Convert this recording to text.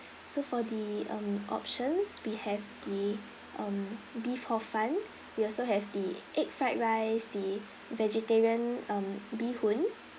so for the um options we have the um beef hor fun we also have the egg fried rice the vegetarian um beehoon